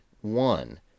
one